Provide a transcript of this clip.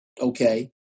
Okay